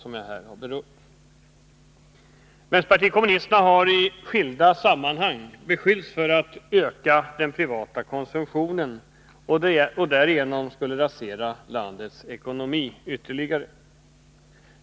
Vänsterpartiet kommunisterna har i skilda sammanhang beskyllts för att öka den privata konsumtionen och därigenom rasera landets ekonomi ytterligare.